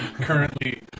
Currently